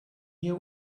hear